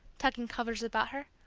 tucking covers about her.